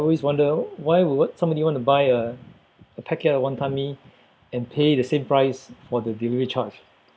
always wonder why would somebody want to buy a a packet of wanton mee and pay the same price for the delivery charge